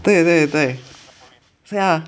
对对对对啊